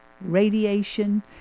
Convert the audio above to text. radiation